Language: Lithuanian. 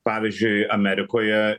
pavyzdžiui amerikoje